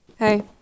Hey